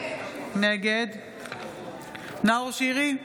נגד נאור שירי,